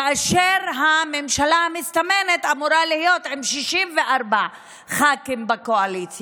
כאשר הממשלה המסתמנת אמורה להיות עם 64 חברי כנסת.